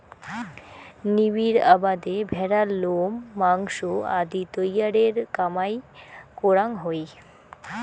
নিবিড় আবাদে ভ্যাড়ার লোম, মাংস আদি তৈয়ারের কামাই করাং হই